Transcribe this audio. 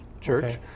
church